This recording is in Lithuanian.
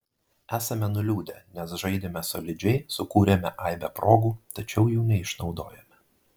esame nuliūdę nes žaidėme solidžiai sukūrėme aibę progų tačiau jų neišnaudojome